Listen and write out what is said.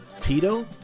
Tito